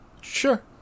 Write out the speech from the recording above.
Sure